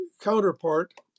counterpart